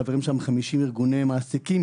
חברים שם 50 ארגוני מעסיקים,